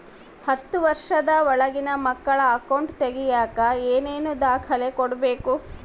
ಹತ್ತುವಷ೯ದ ಒಳಗಿನ ಮಕ್ಕಳ ಅಕೌಂಟ್ ತಗಿಯಾಕ ಏನೇನು ದಾಖಲೆ ಕೊಡಬೇಕು?